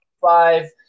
five